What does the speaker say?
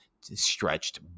stretched